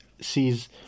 sees